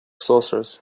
sorcerers